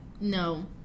No